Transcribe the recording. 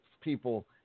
people